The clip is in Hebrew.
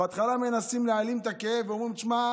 בהתחלה מנסים להעלים את הכאב ואומרים: תשמע,